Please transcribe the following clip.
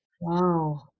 Wow